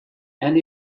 and